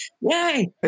yay